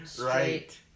Right